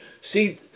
see